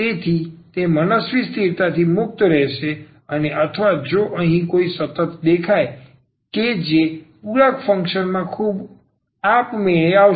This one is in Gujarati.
તેથી તે મનસ્વી સ્થિરતાથી મુક્ત રહેશે અથવા જો અહીં કોઈ સતત દેખાય છે જે પૂરક ફંક્શન માં ખૂબ આપમેળે આવશે